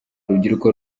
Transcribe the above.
urubyiruko